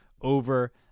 over